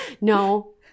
No